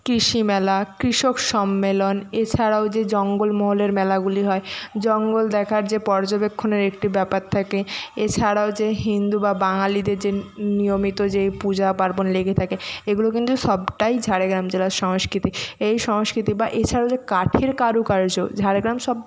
কৃষি মেলা কৃষক সম্মেলন এছাড়াও যে জঙ্গল মহলের মেলাগুলি হয় জঙ্গল দেখার যে পর্যবেক্ষণের একটি ব্যপার থাকে এছাড়াও যে হিন্দু বা বাঙালিদের যে নিয়মিত যেই পূজা পার্বণ লেগে থাকে এগুলো কিন্তু সবটাই ঝাড়গ্রাম জেলার সংস্কৃতিক এই সংস্কৃতি বা এছাড়াও যে কাঠের কারুকার্য ঝাড়গ্রাম সব